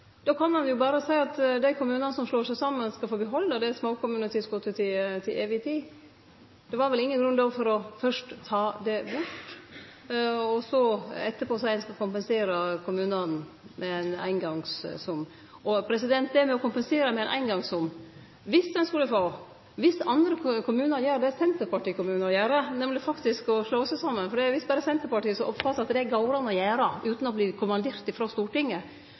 Då kan ein jo berre seie at dei kommunane som slår seg saman, skal få behalde småkommunetilskotet til evig tid. Då er det vel ingen grunn til fyrst å ta det bort og så etterpå seie at ein skal kompensere kommunane med ein eingongssum. Til det med å kompensere med ein eingongssum: Viss andre kommunar gjer det senterpartikommunar gjer, nemlig faktisk å slå seg saman – det er visst berre Senterpartiet som oppfattar at det går det an å gjere utan å verte kommandert frå Stortinget